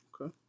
Okay